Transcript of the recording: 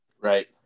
Right